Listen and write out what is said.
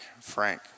Frank